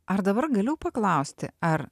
ar dabar galiu paklausti ar